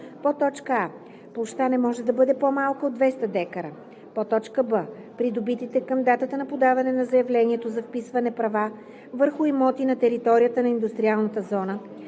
като: а) площта не може да бъде по-малка от 200 дка; б) придобитите към датата на подаване на заявлението за вписване права върху имоти на територията на индустриалната зона